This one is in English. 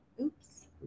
Oops